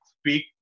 speak